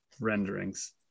renderings